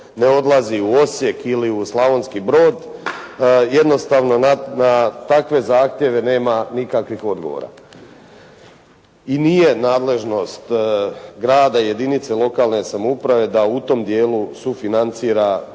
ne odlazi u Osijek ili u Slavonski Brod. Jednostavno na takve zahtjeve nema nikakvih odgovora. I nije nadležnost grada i jedinice lokalne samouprave da u tom dijelu sufinancira